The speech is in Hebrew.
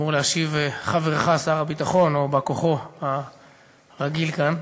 אמור להשיב חברך שר הביטחון או בא-כוחו הרגיל כאן,